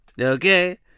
Okay